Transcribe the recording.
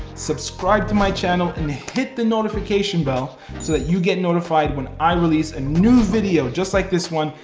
subscribe to my channel, and hit the notification bell, so that you get notified when i release a and new video just like this one,